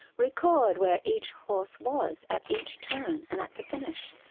record where each horse was at each turn and at the finish,